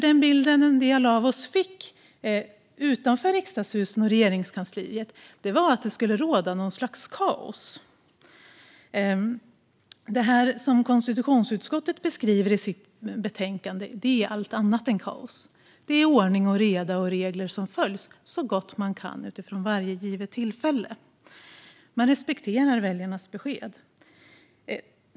Den bild en del av oss utanför Riksdagshuset och Regeringskansliet fick var att det skulle råda något slags kaos. Det konstitutionsutskottet beskriver i sitt betänkande är allt annat än kaos. Det är ordning och reda och regler som följs - så gott man kan utifrån varje givet tillfälle. Man respekterar väljarnas besked.